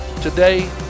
Today